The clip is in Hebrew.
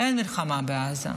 אין מלחמה בעזה.